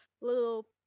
little